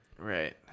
Right